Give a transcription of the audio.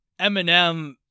Eminem